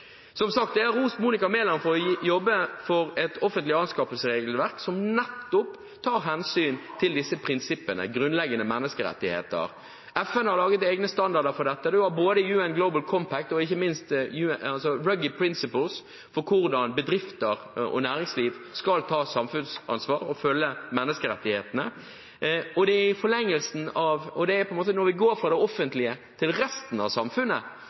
Som sagt har jeg rost Monika Mæland for å jobbe for et regelverk for offentlige anskaffelser som nettopp tar hensyn til prinsippene om grunnleggende menneskerettigheter. FN har laget egne standarder for dette. Man har både UN Global Compact og ikke minst Ruggies «Principles» for hvordan bedrifter og næringsliv skal ta samfunnsansvar og følge menneskerettighetene. Ut fra hvordan man går fra det offentlige til resten av samfunnet,